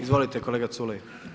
Izvolite kolega Culej.